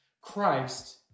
Christ